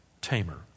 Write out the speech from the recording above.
tamer